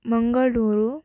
Mangaluru